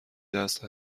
دست